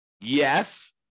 Yes